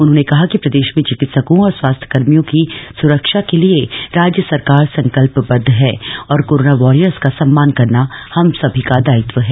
उन्होंने कहा कि प्रदेश में चिकित्सकों और स्वास्थ्य कर्मियों की सुरक्षा के लिए राज्य सरकार संकल्पबद्ध है और कोरोना वारियर्स का सम्मान करना हम सभी का दायित्व है